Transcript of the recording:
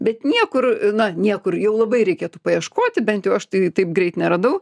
bet niekur na niekur jau labai reikėtų paieškoti bent aš tai taip greit neradau